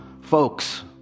folks